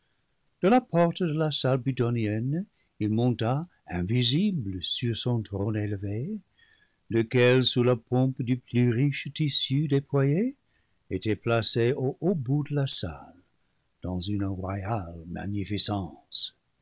de la porte de la salle plutonnienne il monta invisible sur son trône élevé lequel sous la pompe du plus riche tissu déployé était placé au haut bout de la salle dans une royale